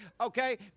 Okay